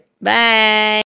Bye